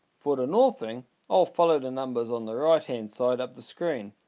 for the northing i'll follow the numbers on the right-hand side of the screen.